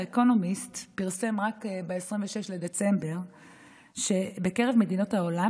האקונומיסט פרסם רק ב-26 בדצמבר שבקרב מדינות העולם